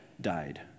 died